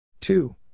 two